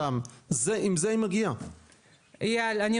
אם את קרובת משפחה זה עובר אלינו